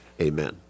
amen